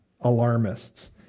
alarmists